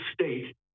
state